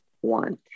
one